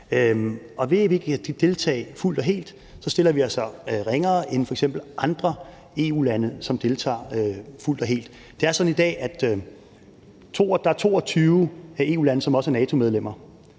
ved at vi ikke kan deltage fuldt og helt, stiller det os altså ringere end f.eks. andre EU-lande, som deltager fuldt og helt. Det er sådan i dag, at der er 22 EU-lande, som også er NATO-medlemmer.